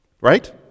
Right